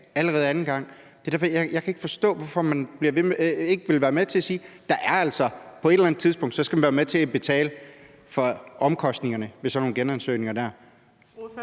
allerede anden gang. Jeg kan ikke forstå, at man ikke vil være med til at sige, at på et eller andet tidspunkt skal man være med til at betale for omkostningerne ved sådan nogle genansøgninger der.